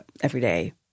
everyday